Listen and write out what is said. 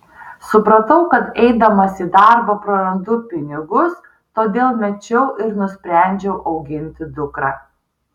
supratau kad eidamas į darbą prarandu pinigus todėl mečiau ir nusprendžiau auginti dukrą